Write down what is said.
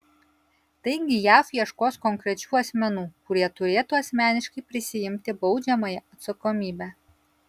taigi jav ieškos konkrečių asmenų kurie turėtų asmeniškai prisiimti baudžiamąją atsakomybę